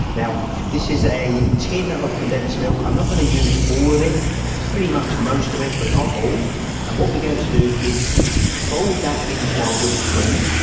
now this is a tin of condensed milk i'm not going to use all of it pretty much most of it but not all and what we're going to do is fold that into our whipped cream.